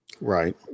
Right